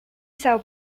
são